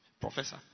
professor